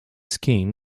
skin